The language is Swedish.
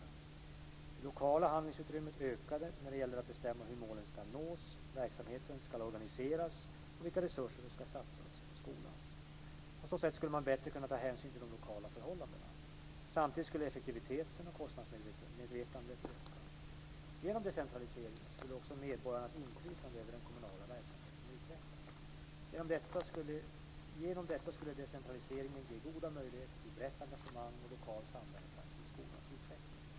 Det lokala handlingsutrymmet ökade när det gäller att bestämma hur målen ska nås, verksamheten ska organiseras och vilka resurser som ska satsas på skolan. På så sätt skulle man bättre kunna ta hänsyn till de lokala förhållandena. Samtidigt skulle effektiviteten och kostnadsmedvetandet öka. Genom decentraliseringen skulle också medborgarnas inflytande över den kommunala verksamheten utvecklas. Genom detta skulle decentraliseringen ge goda möjligheter till brett engagemang och lokal samverkan kring skolans utveckling.